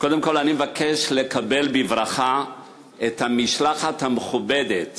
קודם כול, אני מבקש לקבל בברכה את המשלחת המכובדת